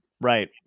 Right